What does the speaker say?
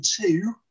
two